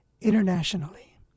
internationally